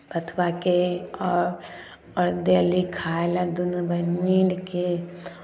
बथुआके आओर आओर देली खाय लए दुनू बहीन मिलि कऽ